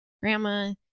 Grandma